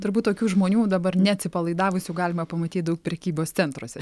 turbūt tokių žmonių dabar neatsipalaidavusių galima pamatyt daug prekybos centruose